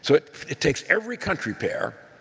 so it it takes every country pair,